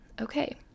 okay